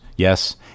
yes